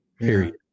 Period